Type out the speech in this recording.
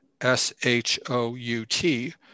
S-H-O-U-T